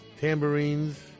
tambourines